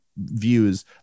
views